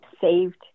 saved